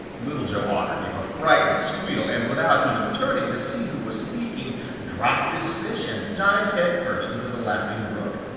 little joe otter gave a frightened squeal and without even turning to see who was speaking dropped his fish and dived headfirst into the laughing brook.